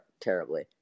terribly